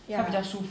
ya